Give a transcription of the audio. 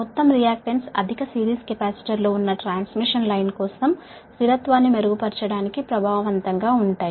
మొత్తం రియాక్టన్స్ అధిక సిరీస్ కెపాసిటర్లు ఉన్న ట్రాన్స్మిషన్ లైన్ కోసం స్థిరత్వాన్ని మెరుగుపరచడానికి ప్రభావవంతంగా ఉంటాయి